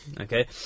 Okay